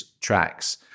tracks